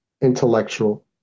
intellectual